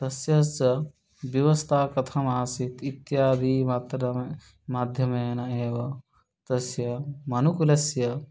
तस्य स व्यवस्था कथम् आसीत् इत्यादि मात्रं माध्यमेन एव तस्य मनुकुलस्य